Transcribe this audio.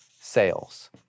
sales